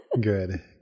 Good